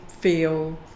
feel